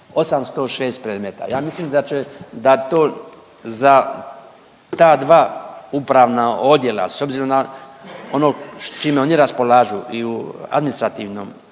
806 predmeta. Ja mislim da će, da to za ta dva upravna odjela s obzirom na ono s čime oni raspolažu i u administrativnom